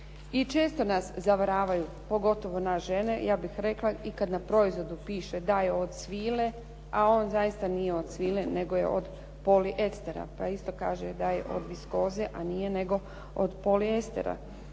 I često nas zavaravaju, pogotovo nas žene, ja bih rekla i kad na proizvodu piše da je od svile, a on zaista nije od svile, nego je od poliestera. Pa isto kaže da je od viskoze, a nije nego od poliestera.